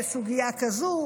לסוגיה כזו,